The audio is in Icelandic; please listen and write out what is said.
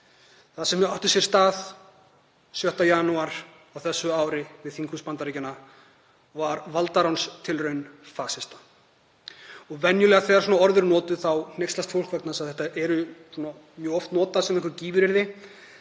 Það sem átti sér stað 6. janúar á þessu ári við þinghús Bandaríkjanna var valdaránstilraun fasista. Venjulega þegar svona orð eru notuð þá hneykslast fólk vegna þess að þau eru mjög oft notuð sem einhver gífuryrði